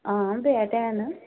हां बैट हैन